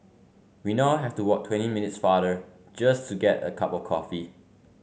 we now have to walk twenty minutes farther just to get a cup of coffee